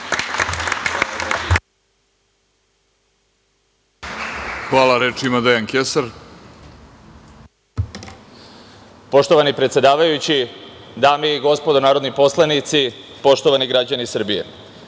**Dejan Kesar** Poštovani predsedavajući, dame i gospodo narodni poslanici, poštovani građani Srbije,